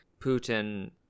Putin